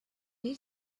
est